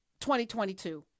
2022